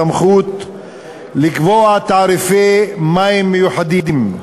סמכות לקבוע תעריפי מים מיוחדים,